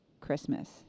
Christmas